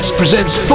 presents